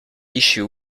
issue